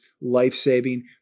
life-saving